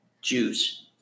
Jews